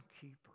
keeper